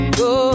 go